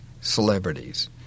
celebrities